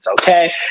Okay